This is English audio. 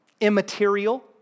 immaterial